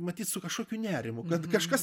matyt su kažkokiu nerimu kad kažkas